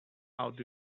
out